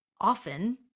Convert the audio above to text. often